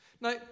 Now